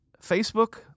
Facebook